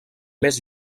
més